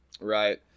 right